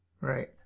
Right